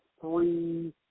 three